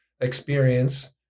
experience